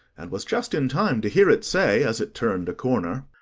and was just in time to hear it say, as it turned a corner,